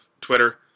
Twitter